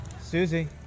Susie